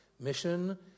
mission